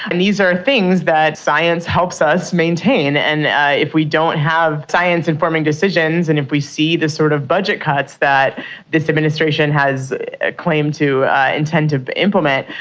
and these are things that science helps us maintain. and if we don't have science in forming decisions, and if we see the sort of budget cuts that this administration has claimed to intend to implement,